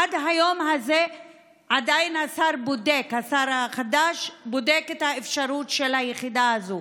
עד היום הזה השר החדש עדיין בודק את האפשרות של היחידה הזאת.